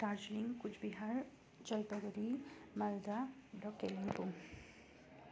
दार्जिलिङ कुच बिहार जलपाइगुढी मालदा र कालिम्पोङ